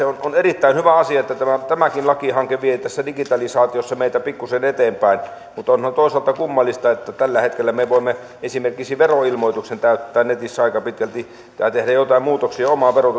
on on erittäin hyvä asia että tämäkin lakihanke vie meitä digitalisaatiossa pikkuisen eteenpäin mutta onhan toisaalta kummallista että tällä hetkellä me voimme esimerkiksi veroilmoituksen täyttää netissä aika pitkälti tai tehdä joitain muutoksia omiin